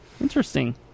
interesting